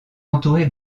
entouré